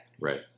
Right